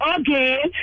again